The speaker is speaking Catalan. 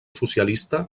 socialista